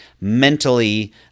mentally